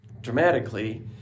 dramatically